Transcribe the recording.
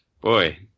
boy